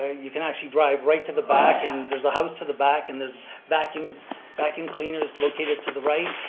you can actually drive right to the back and there's a house to the back and there's vacuum so vacuum cleaners located to the right.